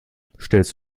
stellst